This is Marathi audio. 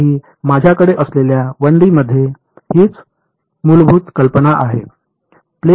तर ही माझ्याकडे असलेल्या 1 डी मध्ये हीच मूलभूत कल्पना आहे